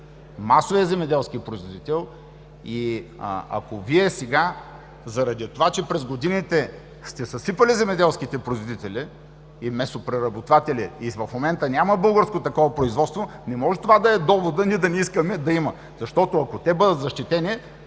масовия земеделски производител. Ако Вие заради това, че през годините сте съсипали земеделските производители и месопреработватели и в момента няма такова българско производство, това не може да е доводът да не искаме да има. Ако те бъдат защитени,